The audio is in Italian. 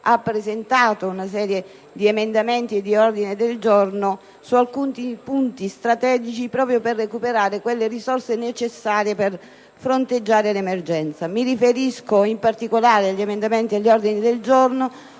ha presentato una serie di emendamenti e di ordini del giorno su alcuni punti strategici, proprio per recuperare le risorse necessarie per fronteggiare l'emergenza. Mi riferisco, in particolare, agli emendamenti e agli ordini del giorno